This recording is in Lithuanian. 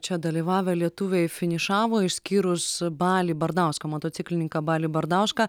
čia dalyvavę lietuviai finišavo išskyrus balį bardauską motociklininką balį bardauską